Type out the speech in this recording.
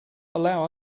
allow